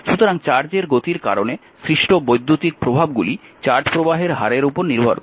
সুতরাং চার্জের গতির কারণে সৃষ্ট বৈদ্যুতিক প্রভাবগুলি চার্জ প্রবাহের হারের উপর নির্ভর করে